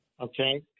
Okay